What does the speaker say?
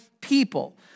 people